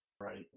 right